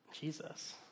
Jesus